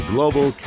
Global